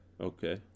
Okay